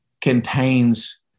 contains